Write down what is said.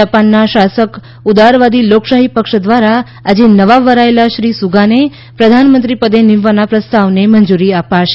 જાપાનના શાસક ઉદારવાદી લોકશાહી પક્ષ દ્વારા આજે નવા વરાયેલા શ્રી સુગાને પ્રધાનમંત્રીપદે નિમવાના પ્રસ્તાવને મંજૂરી અપાશે